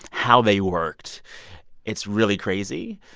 how they worked it's really crazy.